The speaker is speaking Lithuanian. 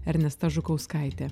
ernesta žukauskaitė